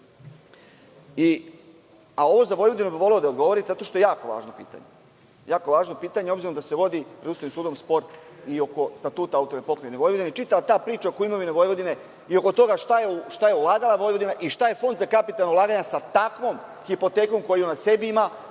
posao.Za Vojvodinu bih voleo da mi odgovorite zato što je jako važno pitanje. Jako važno pitanje, obzirom da se vodi pred Ustavnim sudom spor i oko Statuta AP Vojvodine. Čitava ta priča oko imovine Vojvodine i oko toga šta je ulagala Vojvodina i šta je Fond za kapitalna ulaganja sa takvom hipotekom, koju na sebi ima,